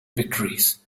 victories